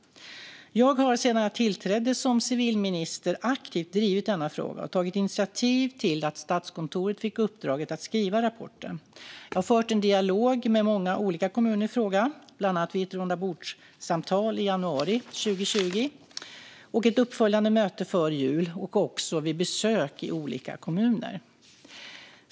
Jag har sedan jag tillträdde som civilminister aktivt drivit denna fråga och tagit initiativ till att Statskontoret fick uppdraget att skriva rapporten. Jag har fört en dialog med många olika kommuner i frågan, bland annat vid ett rundabordssamtal i januari 2020, ett uppföljande möte före jul och också vid besök i olika kommuner.